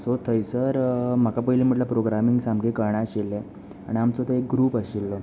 so थंयसर म्हाका पयलीं म्हटल्या प्रोग्रामींग सामकें कळनाशिल्लें आनी आमचो थंय एक ग्रूप आशिल्लो